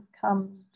come